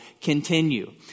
continue